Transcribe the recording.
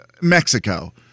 Mexico